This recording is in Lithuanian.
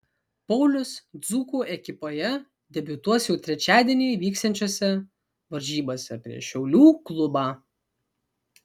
paulius dzūkų ekipoje debiutuos jau trečiadienį vyksiančiose varžybose prieš šiaulių klubą